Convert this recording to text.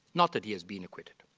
not that he has been acquitted.